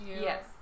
Yes